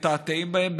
מתעתעים בהם.